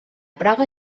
praga